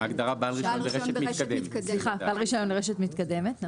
ההגדרה בעל רישיון ורשת מתקדמת.